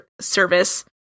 Service